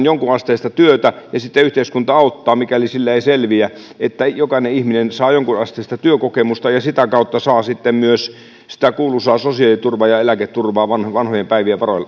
jonkinasteista työtä ja sitten yhteiskunta auttaa mikäli sillä ei selviä ja että jokainen ihminen saa jonkinasteista työkokemusta ja sitä kautta sitten myös sitä kuuluisaa sosiaaliturvaa ja eläketurvaa vanhojen vanhojen päivien